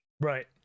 Right